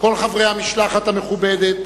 כל חברי המשלחת המכובדת,